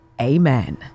amen